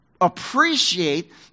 appreciate